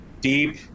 deep